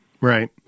Right